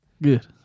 Good